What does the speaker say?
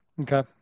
Okay